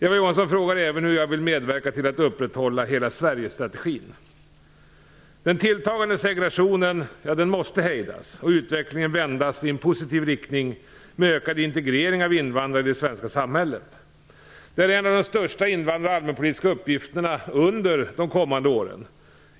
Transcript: Eva Johansson frågar även hur jag vill medverka till att upprätthålla Hela Sverige-strategin. Den tilltagande segregationen måste hejdas och utvecklingen vändas i positiv riktning med ökad integrering av invandrare i det svenska samhället. Det blir en av de största invandrar och allmänpolitiska uppgifterna under de kommande åren.